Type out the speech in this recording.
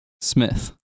Smith